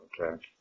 Okay